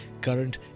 current